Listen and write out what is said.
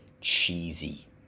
cheesy